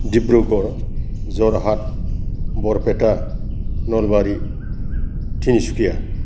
Dibrugarh Jorhat Barpeta Nalbari Tinsukia